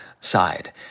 side